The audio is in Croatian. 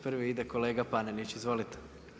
Prvi ide kolega Panenić, izvolite.